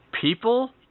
people